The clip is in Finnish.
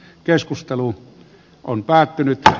keskustelu on päättynyt